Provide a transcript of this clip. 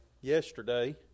yesterday